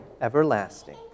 everlasting